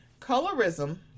Colorism